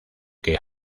que